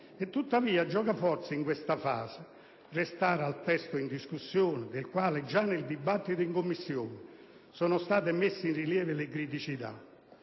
È tuttavia giocoforza, in questa fase, restare al testo in discussione, del quale già nel dibattito in Commissione sono state messe in rilievo le criticità.